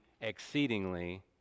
exceedingly